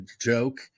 joke